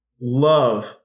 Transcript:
Love